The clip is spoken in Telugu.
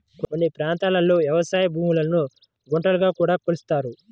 కొన్ని ప్రాంతాల్లో వ్యవసాయ భూములను గుంటలుగా కూడా కొలుస్తారు